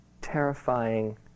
terrifying